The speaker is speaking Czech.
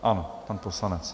Ano, pan poslanec.